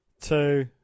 two